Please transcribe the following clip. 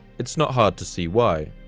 it's not hard to see why.